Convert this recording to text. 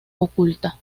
oculta